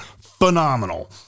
phenomenal